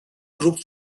group